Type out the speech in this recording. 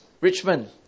Richmond